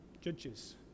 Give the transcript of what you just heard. judges